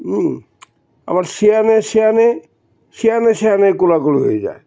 হুম আবার সেয়ানে সেয়ানে সেয়ানে সেয়ানে কোলাকুলি হয়ে যায়